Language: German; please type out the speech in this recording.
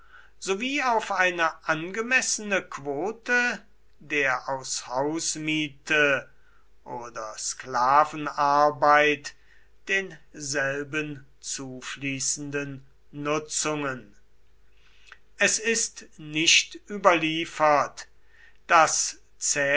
sowie auf eine angemessene quote der aus hausmiete oder sklavenarbeit denselben zufließenden nutzungen es ist nicht überliefert daß